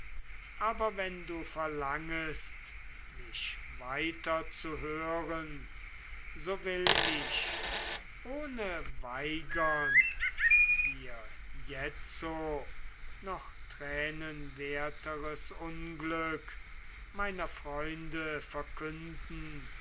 aber wenn du verlangest mich weiter zu hören so will ich ohne weigern dir jetzt noch tränenwerteres unglück meiner freunde verkünden